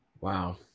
Wow